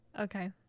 Okay